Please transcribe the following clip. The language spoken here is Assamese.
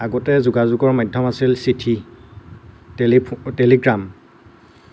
আগতে যোগাযোগৰ মাধ্যম আছিল চিঠি টেলিগ্ৰাম